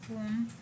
זאת אומרת